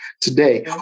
today